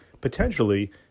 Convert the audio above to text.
potentially